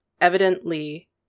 evidently